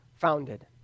founded